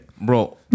Bro